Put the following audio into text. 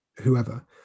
whoever